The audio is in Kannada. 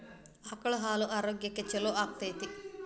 ಆಕಳ ಹಾಲು ಆರೋಗ್ಯಕ್ಕೆ ಛಲೋ ಆಕ್ಕೆತಿ?